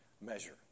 measure